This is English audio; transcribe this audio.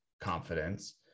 confidence